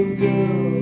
girl